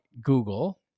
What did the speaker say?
Google